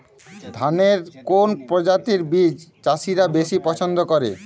ধানের কোন প্রজাতির বীজ চাষীরা বেশি পচ্ছন্দ করে?